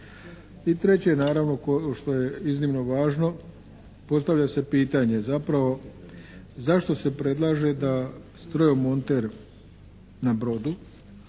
I treće naravno što je iznimno važno. Postavlja se pitanje zašto se predlaže da strojomonter na brodu